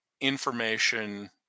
information